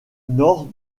nord